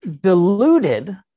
deluded